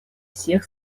всех